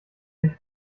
sich